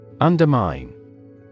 Undermine